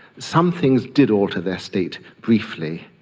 some things did alter their state briefly,